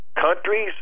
countries